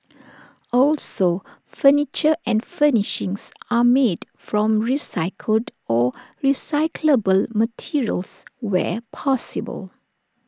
also furniture and furnishings are made from recycled or recyclable materials where possible